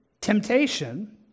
temptation